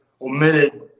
omitted